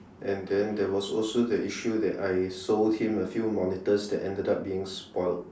and then there was also the issue that I sold him a few monitors that ended up being spoiled